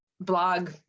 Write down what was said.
blog